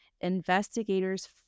investigators